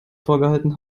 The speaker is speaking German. vorgehalten